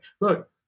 look